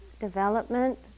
development